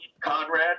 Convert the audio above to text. Conrad